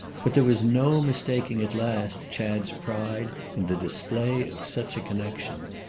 but there was no mistaking at last chad's pride in the display of such a connexion.